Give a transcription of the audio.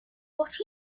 what